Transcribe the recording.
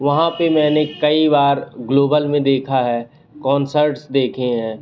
वहां पर मैंने कई बार ग्लोबल में देखा है कॉन्सर्ट्स देखे हैं